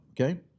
okay